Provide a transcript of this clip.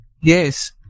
Yes